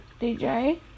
DJ